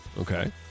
Okay